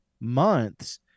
months